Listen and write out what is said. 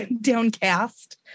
downcast